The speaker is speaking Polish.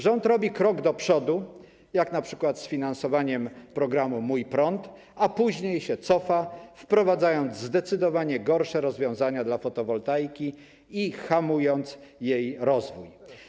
Rząd robi krok do przodu, jak np. z finansowaniem programu „Mój prąd”, a później się cofa, wprowadzając zdecydowanie gorsze rozwiązania dla fotowoltaiki i hamując jej rozwój.